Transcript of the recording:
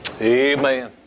Amen